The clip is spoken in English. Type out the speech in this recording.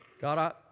God